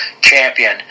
champion